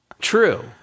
True